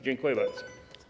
Dziękuję bardzo.